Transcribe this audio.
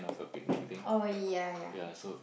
oh ya ya ya